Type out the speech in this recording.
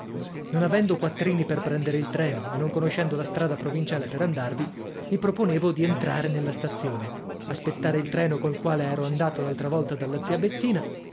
non avendo quattrini per prendere il treno e non conoscendo la strada provinciale per andarvi mi proponevo di entrare nella stazione aspettare il treno col quale ero andato l'altra volta dalla zia bettina